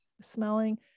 smelling